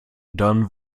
dann